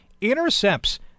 intercepts